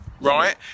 right